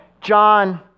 John